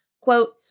Quote